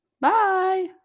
bye